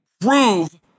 prove